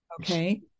Okay